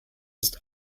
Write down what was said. ist